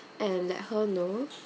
and let her know